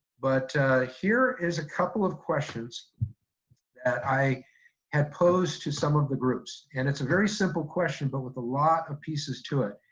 but here is a couple of questions that i had posed to some of the groups. and it's a very simple question but with a lot of pieces to it.